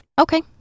Okay